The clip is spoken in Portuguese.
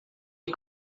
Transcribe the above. que